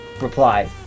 Reply